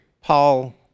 Paul